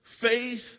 faith